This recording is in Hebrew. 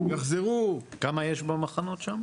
כמה יש במחנות שם?